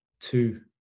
Two